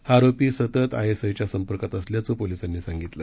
हा आरोपी सतत आयएसआयच्या संपर्कात असल्याचं पोलिसांनी सांगितलं